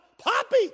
Poppy